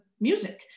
music